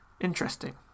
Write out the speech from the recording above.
interesting